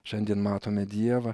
šiandien matome dievą